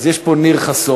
אז יש פה ניר חסוֹן,